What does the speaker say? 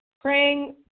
praying